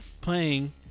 playing